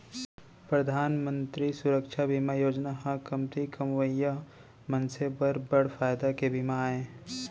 परधान मंतरी सुरक्छा बीमा योजना ह कमती कमवइया मनसे बर बड़ फायदा के बीमा आय